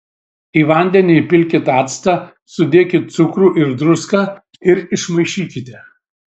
į vandenį įpilkit actą sudėkit cukrų ir druską ir išmaišykite